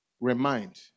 remind